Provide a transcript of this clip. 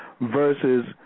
versus